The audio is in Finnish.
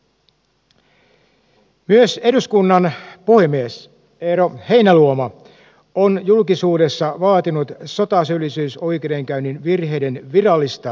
myös eduskunnan puhemies eero heinäluoma on julkisuudessa vaatinut sotasyyllisyysoikeudenkäynnin virheiden virallista tunnustamista